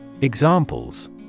Examples